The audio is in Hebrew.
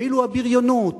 ואילו בריונות,